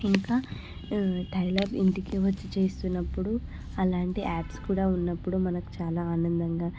ఇంకా టైలర్ ఇంటికి వచ్చి చేస్తున్నప్పుడు అలాంటి యాప్స్ కూడా ఉన్నప్పుడు మనకు చాలా ఆనందంగా